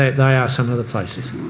they are some of the places.